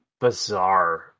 bizarre